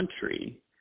country